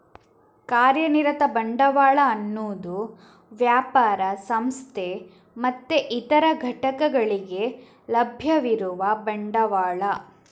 ಕಾರ್ಯನಿರತ ಬಂಡವಾಳ ಅನ್ನುದು ವ್ಯಾಪಾರ, ಸಂಸ್ಥೆ ಮತ್ತೆ ಇತರ ಘಟಕಗಳಿಗೆ ಲಭ್ಯವಿರುವ ಬಂಡವಾಳ